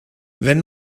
wenn